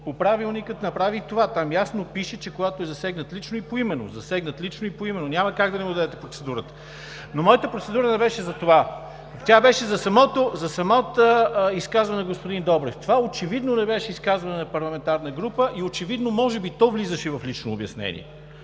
по Правилника, направи това. Там ясно пише: „когато е засегнат лично и поименно“. Няма как да не му дадете процедурата. Но моята процедура не беше за това. Тя беше за самото изказване на господин Добрев. Това очевидно не беше изказване на парламентарна група и може би то влизаше в лично обяснение.